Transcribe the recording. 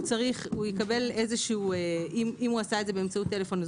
אם הוא עשה את זה באמצעות טלפון,